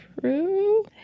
True